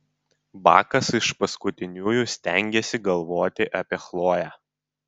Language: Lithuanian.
bakas iš paskutiniųjų stengėsi galvoti apie chloję